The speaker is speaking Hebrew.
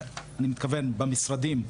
אני מתכוון במשרדים.